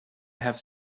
have